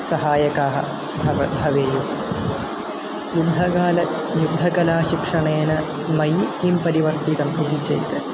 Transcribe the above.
सहायकाः भव भवेयुः युद्धकाले युद्धकलाशिक्षणेन मयि किं परिवर्तितम् इति चेत्